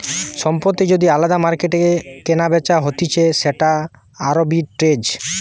সম্পত্তি যদি আলদা মার্কেটে কেনাবেচা হতিছে সেটা আরবিট্রেজ